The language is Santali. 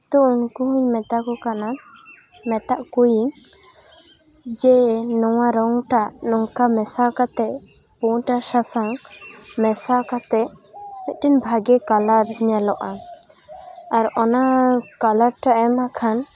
ᱛᱳ ᱩᱱᱠᱩ ᱦᱚᱸᱧ ᱢᱮᱛᱟᱠᱚ ᱠᱟᱱᱟ ᱢᱮᱛᱟᱜ ᱠᱚᱣᱟᱧ ᱡᱮ ᱱᱚᱣᱟ ᱨᱚᱝᱴᱟᱜ ᱱᱚᱝᱠᱟ ᱢᱮᱥᱟ ᱠᱟᱛᱮᱫ ᱯᱩᱸᱰ ᱟᱨ ᱥᱟᱥᱟᱝ ᱢᱮᱥᱟ ᱠᱟᱛᱮᱫ ᱢᱤᱫᱴᱮᱱ ᱵᱷᱟᱹᱜᱤ ᱠᱟᱞᱟᱨ ᱧᱮᱞᱚᱜᱼᱟ ᱟᱨ ᱚᱱᱟ ᱠᱟᱨᱟᱞ ᱴᱟᱜ ᱮᱢᱟᱜ ᱠᱷᱟᱱ